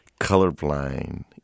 colorblind